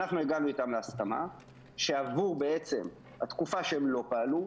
אנחנו הגענו איתם להסכמה שעבור התקופה שהם לא פעלו,